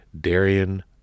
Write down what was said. Darian